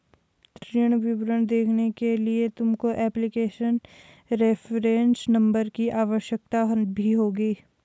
ऋण विवरण देखने के लिए तुमको एप्लीकेशन रेफरेंस नंबर की आवश्यकता भी होगी